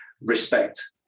respect